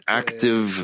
active